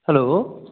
hello